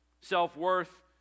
Self-worth